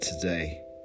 today